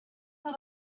not